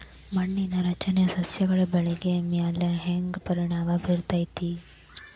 ಮಣ್ಣಿನ ರಚನೆ ಸಸ್ಯದ ಬೆಳವಣಿಗೆ ಮ್ಯಾಲೆ ಹ್ಯಾಂಗ್ ಪರಿಣಾಮ ಬೇರತೈತ್ರಿ?